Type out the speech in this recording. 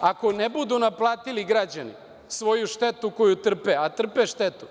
Ako ne budu naplatili građani svoju štetu koju trpe, a trpe štetu,